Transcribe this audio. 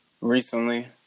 recently